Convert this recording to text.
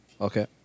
Okay